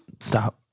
stop